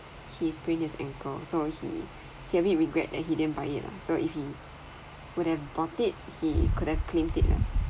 he sprain his ankle so he he has regret that he didn't buy it lah so if he would have bought it he could have claimed it lah